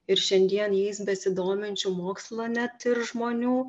ir šiandien jais besidominčių mokslo net žmonių